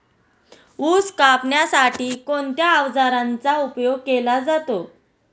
ऊस कापण्यासाठी कोणत्या अवजारांचा उपयोग केला जातो?